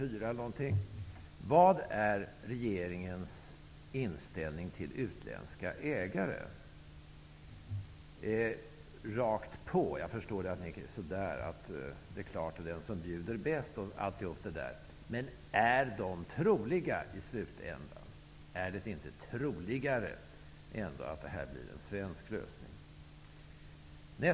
4.Vad är regeringens inställning till utländska ägare? Jag vill ha ett rakt svar. Jag förstår att man kan säga att det blir den som bjuder högst osv. Men är det troligt att det i slutändan blir utländska ägare? Är det inte troligare att det blir en svensk lösning?